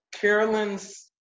carolyn's